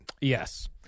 Yes